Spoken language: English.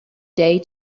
day